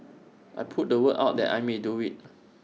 I put the word out that I may do IT